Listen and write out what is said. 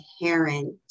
inherent